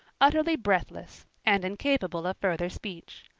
utterly breathless and incapable of further speech.